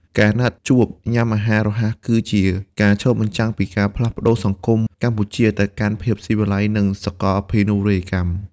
ការណាត់ជួបញ៉ាំអាហាររហ័សគឺជាការឆ្លុះបញ្ចាំងពីការផ្លាស់ប្ដូរសង្គមកម្ពុជាទៅកាន់ភាពស៊ីវិល័យ និងសកលភាវូបនីយកម្ម។